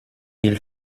ils